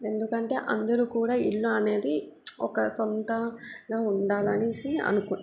ఎందుకంటే అందరు కూడా ఇళ్ళు అనేది ఒక సొంతగా ఉండాలి అని